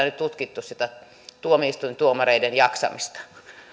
nyt tutkittu sitä tuomioistuintuomareiden jaksamista